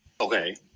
Okay